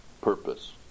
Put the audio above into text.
purpose